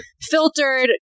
filtered